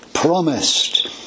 Promised